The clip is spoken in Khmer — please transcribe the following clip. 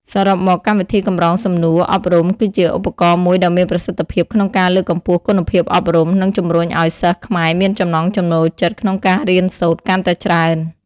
សរុបមក កម្មវិធីកម្រងសំណួរអប់រំគឺជាឧបករណ៍មួយដ៏មានប្រសិទ្ធភាពក្នុងការលើកកម្ពស់គុណភាពអប់រំ និងជំរុញឲ្យសិស្សខ្មែរមានចំណង់ចំណូលចិត្តក្នុងការរៀនសូត្រកាន់តែច្រើន។